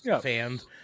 fans